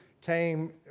came